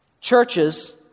Churches